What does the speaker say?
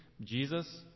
Jesus